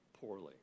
poorly